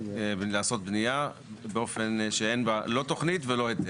לעשות בנייה באופן שאין בה לא תוכנית ולא היתר.